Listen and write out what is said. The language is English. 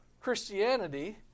Christianity